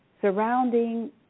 surrounding